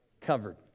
covered